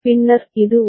பின்னர் இது 1